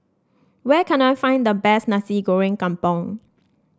where can I find the best Nasi Goreng Kampung